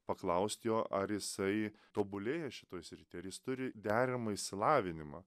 paklaust jo ar jisai tobulėja šitoj srity jis turi deramą išsilavinimą